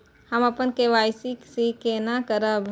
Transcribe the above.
हम अपन खाता के के.वाई.सी केना करब?